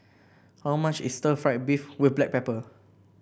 how much is stir fry beef with Black Pepper